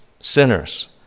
sinners